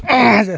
हजुर